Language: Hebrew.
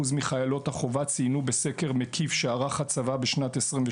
מחיילות החובה ציינו בסקר מקיף שערך הצבא בשנת 2022